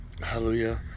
hallelujah